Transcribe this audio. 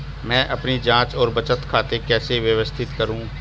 मैं अपनी जांच और बचत खाते कैसे व्यवस्थित करूँ?